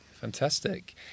fantastic